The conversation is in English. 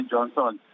Johnson